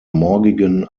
morgigen